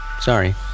Sorry